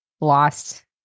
lost